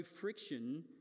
friction